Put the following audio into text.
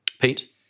Pete